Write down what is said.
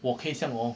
我可以像哦